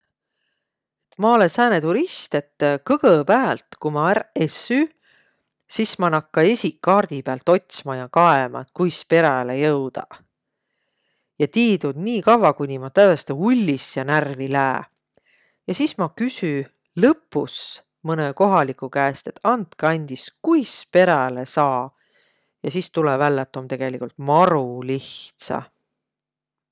Ma olõ sääne turist, kõgõpäält, ku ma ärq essüq, sis ma nakka esiq kaardi päält otsma ja kaema, et kuis peräle joudaq. Ja tii tuud nii kavva, ku ma tävveste ullis ja närvi lää. Ja sis ma küsü lõpus mõnõ kohaligu käest, et andkõq andis, kuis peräle saa. Ja sis tulõ vällä, et om tegeligult maru lihtsä.